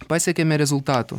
pasiekėme rezultatų